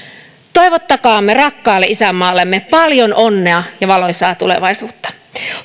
toivottakaamme rakkaalle isänmaallemme paljon onnea ja valoisaa tulevaisuutta